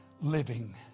living